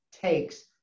takes